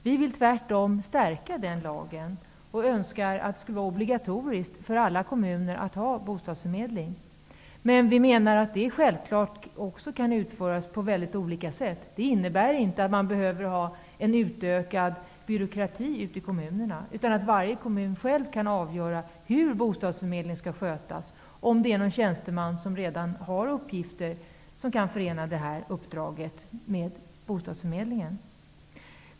Vi vill tvärtom stärka den lagen och önskar att det skulle vara obligatoriskt för alla kommuner att ha bostadsförmedling. Men vi menar självfallet också att den kan utformas på mycket olika sätt. Det behöver inte innebära en utökad byråkrati ute i kommunerna, utan varje kommun kan själv avgöra hur bostadsförmedlingen skall skötas. Det kan t.ex. vara så att en tjänsteman som redan har andra uppgifter kan förena dessa med uppdraget att handha bostadsförmedlingen.